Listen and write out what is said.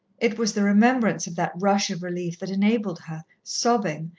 it was the remembrance of that rush of relief that enabled her, sobbing,